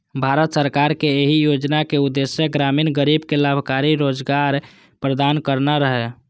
भारत सरकार के एहि योजनाक उद्देश्य ग्रामीण गरीब कें लाभकारी रोजगार प्रदान करना रहै